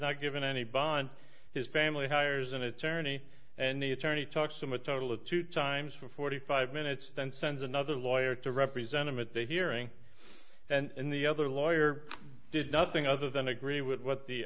not given any bond his family hires an attorney and the attorney talks them a total of two times for forty five minutes then sends another lawyer to represent him at the hearing and the other lawyer does nothing other than agree with what the